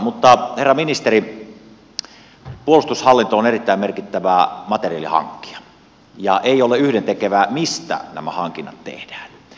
mutta herra ministeri puolustushallinto on erittäin merkittävä materiaalin hankkija ja ei ole yhdentekevää mistä nämä hankinnat tehdään